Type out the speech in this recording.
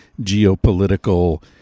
geopolitical